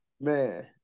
Man